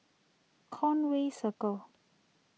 Conway Circle